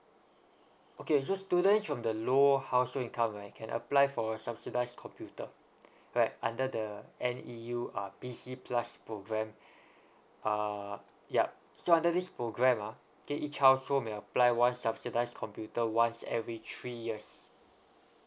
okay so students from the lower household income right can apply for a subsidised computer alright under the N_E_U uh P_C plus program uh yup so under this program ah okay each household may apply one subsidise computer once every three years